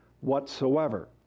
whatsoever